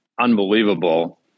Unbelievable